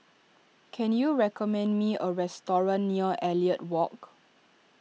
can you recommend me a restaurant near Elliot Walk